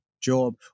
job